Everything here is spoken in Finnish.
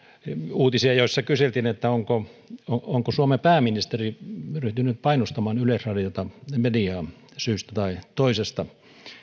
uutisia joissa kyseltiin onko suomen pääministeri ryhtynyt painostamaan yleisradiota mediaa syystä tai toisesta